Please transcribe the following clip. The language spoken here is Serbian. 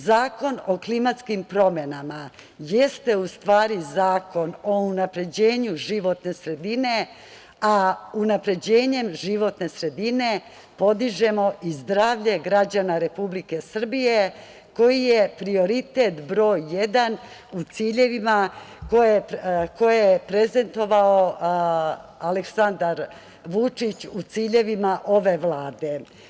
Zakon o klimatskim promenama jeste u stvari zakon o unapređenju životne sredine, a unapređenjem životne sredine podižemo i zdravlje građana Republike Srbije koji je prioritet broj jedan u ciljevima koje je prezentovao Aleksandar Vučić u ciljevima ove Vlade.